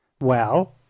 Well